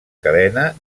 cadena